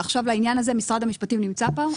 לעניין הזה משרד המשפטים נמצא פה?